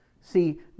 See